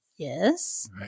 Yes